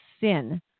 sin